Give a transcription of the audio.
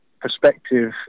perspective